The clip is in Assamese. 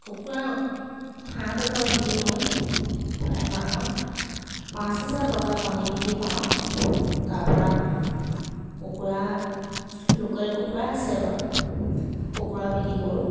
কুকুৰা হাঁহ কুকুৰা বিকি মই প্ৰায় মাহত পাঁচ হাজাৰ টকা কণী বিকি পাওঁ তাৰ পৰা কুকুৰা লোকেল কুকুৰা আছে বাৰু কুকুৰা বিকি কৰোঁ